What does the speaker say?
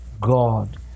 God